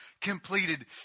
completed